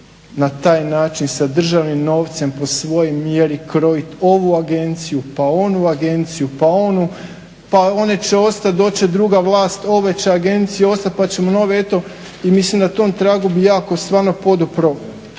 na taj način sa državnim novcem po svojoj mjeri krojit ovu agenciju pa onu agenciju pa onu, pa one će ostat, doći će druga vlast, ove će agencije ostat pa ćemo nove i mislim na tom tragu bih jako stvarno podupro